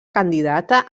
candidata